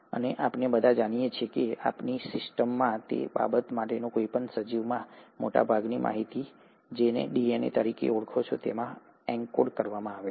અને આપણે બધા જાણીએ છીએ અને તે આપણી સિસ્ટમમાં તે બાબત માટેના કોઈપણ સજીવમાં મોટાભાગની માહિતી તમે જેને DNA તરીકે ઓળખો છો તેમાં એન્કોડ કરવામાં આવે છે